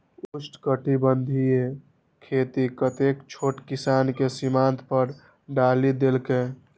उष्णकटिबंधीय खेती कतेको छोट किसान कें सीमांत पर डालि देलकै